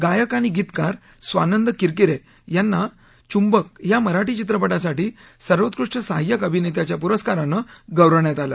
गायक आणि गीतकार स्वानंद किरकिरे यांना चुंबक या मराठी चित्रपटासाठी सर्वोत्कृष्ट सहाय्यक अभिनेत्याच्या पुरस्कारानं गौरवण्यात आलं